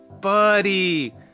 buddy